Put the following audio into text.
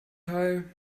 teil